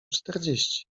czterdzieści